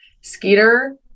Skeeter